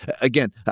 Again